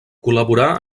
col·laborà